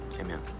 amen